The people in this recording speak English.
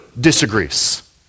disagrees